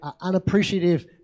unappreciative